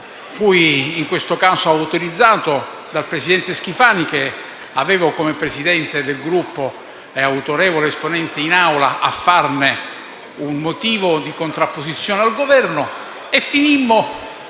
fui, in questo caso, autorizzato dal presidente Schifani, che avevo come presidente del Gruppo e autorevole esponente in Assemblea, a farne un motivo di contrapposizione al Governo e finimmo